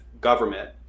government